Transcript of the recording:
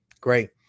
Great